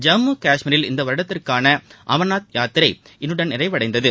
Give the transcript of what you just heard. ஜம்மு கஷ்மீரில் இந்த வருடத்திற்கான அமா்நாத் யாத்திரை இன்றுடன் நிறைவடைகிறது